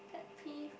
pet peeve